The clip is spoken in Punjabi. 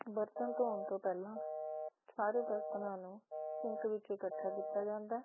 ਬਰਤਨ ਧੋਣ ਤੋਂ ਪਹਿਲਾਂ ਸਾਰੇ ਬਰਤਨਾਂ ਨੂੰ ਸਿੰਕ ਵਿੱਚ ਇਕੱਠਾ ਕੀਤਾ ਜਾਂਦਾ